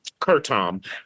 kurtom